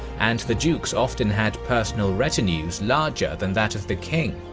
and the dukes often had personal retinues larger than that of the king.